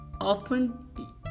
often